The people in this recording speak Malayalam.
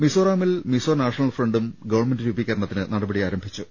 മിസോറാമിൽ മിസോ നാഷണൽ ഫ്രണ്ടും ഗ്നവൺമെന്റ് രൂപീ കരണത്തിന് നടപടി ആരംഭിച്ചു